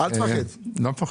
אני מרשות